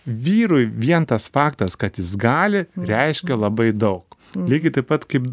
vyrui vien tas faktas kad jis gali reiškia labai daug lygiai taip pat kaip